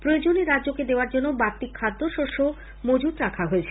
প্রয়োজনে রাজ্যকে দেওয়ার জন্য বাড়তি খাদ্যশস্যও মজুত রাখা হয়েছে